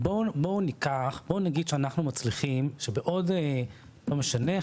כי בואו נגיד שאנחנו מצליחים שבעוד לא משנה כמה,